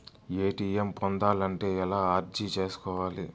ATM పొందాలంటే ఎలా అర్జీ సేసుకోవాలి?